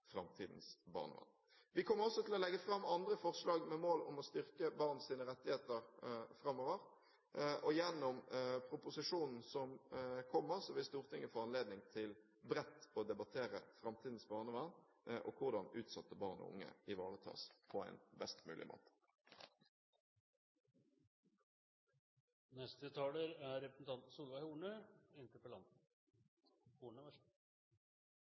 framtidens barnevern. Vi kommer også til å legge fram andre forslag med mål om å styrke barns rettigheter framover, og gjennom proposisjonen som kommer, vil Stortinget få anledning til bredt å debattere framtidens barnevern og hvordan utsatte barn og unge ivaretas på en best mulig måte. Jeg takker for svaret fra statsråden og ser fram til den proposisjonen som skal komme. Det er